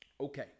Okay